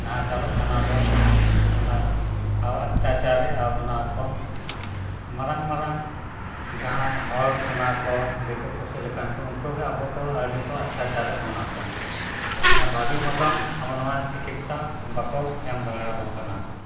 ᱱᱟᱦᱟᱪᱟᱨᱚᱜ ᱠᱟᱱᱟ ᱵᱚ ᱚᱱᱟ ᱚᱛᱛᱟᱪᱟᱨᱮᱫᱼᱟ ᱵᱚᱱᱟ ᱠᱚ ᱢᱟᱨᱟᱝ ᱢᱟᱨᱟᱝ ᱡᱟᱦᱟᱸᱭ ᱦᱚᱲ ᱠᱟᱱᱟ ᱠᱚ ᱫᱤᱠᱩ ᱯᱩᱥᱤ ᱞᱮᱠᱟᱱ ᱠᱚ ᱩᱱᱠᱩ ᱜᱮ ᱟᱵᱚ ᱠᱚ ᱟᱹᱰᱤ ᱠᱚ ᱚᱛᱛᱟᱪᱟᱨᱮᱫ ᱵᱚᱱᱟ ᱠᱚ ᱚᱱᱟ ᱵᱷᱟᱹᱜᱤ ᱢᱚᱛᱚᱱ ᱟᱵᱚ ᱱᱚᱣᱟ ᱪᱤᱠᱤᱛᱥᱟ ᱵᱟᱠᱚ ᱮᱢ ᱫᱟᱲᱮ ᱟᱵᱚᱱ ᱠᱟᱱᱟ ᱠᱚ